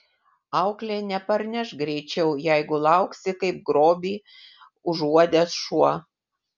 auklė neparneš greičiau jeigu lauksi kaip grobį užuodęs šuo